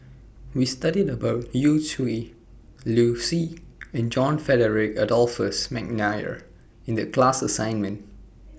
We studied about Yu Zhuye Liu Si and John Frederick Adolphus Mcnair in The class assignment